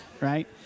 right